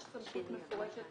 יש סמכות מפורשת